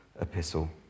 epistle